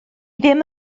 ddim